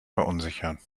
verunsichern